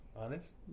Honest